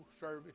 service